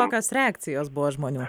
kokios reakcijos buvo žmonių